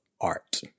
art